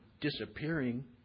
disappearing